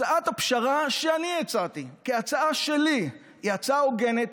הצעת הפשרה שאני הצעתי כהצעה שלי היא הצעה הוגנת.